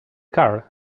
car